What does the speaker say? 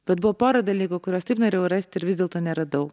bet buvo pora dalykų kuriuos taip norėjau rasti ir vis dėlto neradau